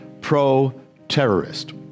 Pro-Terrorist